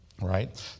right